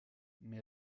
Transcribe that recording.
mais